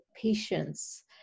patience